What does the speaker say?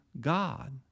God